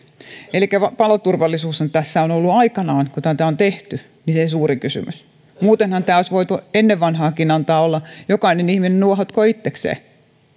elikkä paloturvallisuushan tässä on ollut aikanaan kun tätä on tehty se suuri kysymys muutenhan tämän oltaisiin voitu ennen vanhaankin antaa olla jokainen ihminen nuohotkoon itsekseen